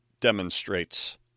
demonstrates